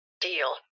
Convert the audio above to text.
Deal